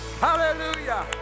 Hallelujah